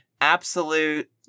absolute